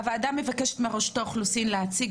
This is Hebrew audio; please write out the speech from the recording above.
הוועדה מבקשת מרשות האוכלוסין להציג